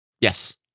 yes